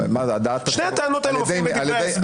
שתי הטענות האלה מופיעות בדברי ההסבר.